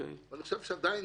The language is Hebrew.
אני חושב שעדיין